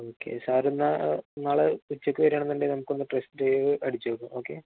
okay sir എന്നാല് നാളെ ഉച്ചയ്ക്ക് വരാമെന്നുണ്ടെങ്കില് നമുക്കൊന്ന് ടെസ്റ്റ് ഡ്രൈവ് അടിച്ചുനോക്കാം ഓക്കെ